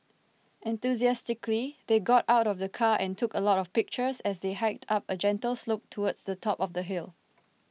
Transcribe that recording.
enthusiastically they got out of the car and took a lot of pictures as they hiked up a gentle slope towards the top of the hill